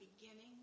beginning